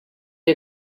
you